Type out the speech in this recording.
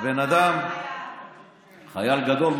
הבן אדם חייל גדול,